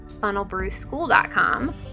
funnelbrewschool.com